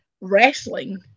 wrestling